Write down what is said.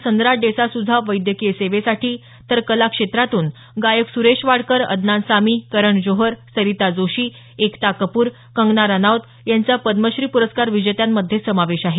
संद्रा डेसा सुझा वैद्यकीय सेवेसाठी तर कला क्षेत्रातून गायक सुरेश वाडकर अदनान सामी करण जोहर सरीता जोशी एकता कपूर कंगना रनौट यांचा पद्मश्री पूरस्कार विजेत्यांमध्ये समावेश आहे